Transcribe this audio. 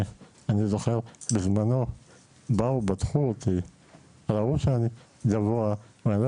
אני זוכר בזמנו באו ובדקו אותי וראו שאני גבוה ואני לא